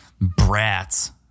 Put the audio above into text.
brats